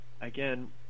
again